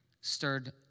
stirred